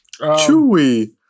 Chewy